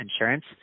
insurance